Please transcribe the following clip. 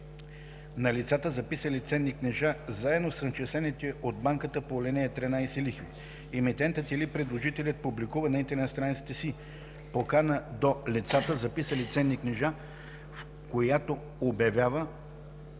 на лицата, записали ценни книжа, заедно с начислените от банката по ал. 13 лихви. Емитентът или предложителят публикува на интернет страницата си покана до лицата, записали ценни книжа, в която обявява